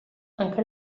encara